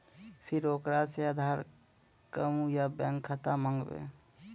फिर ओकरा से आधार कद्दू या बैंक खाता माँगबै?